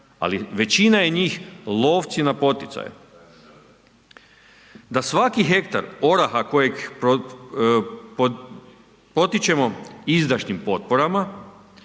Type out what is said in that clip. ali većina je njih lovci na poticaje. Da svaki hektar oraha kojeg potičemo izdašnim potporama